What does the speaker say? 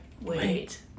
wait